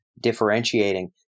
differentiating